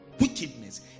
wickedness